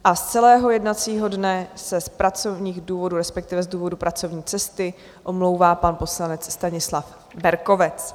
Z celého jednacího dne se z pracovních důvodů, respektive z důvodu pracovní cesty, omlouvá pan poslanec Stanislav Berkovec.